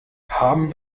haben